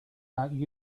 out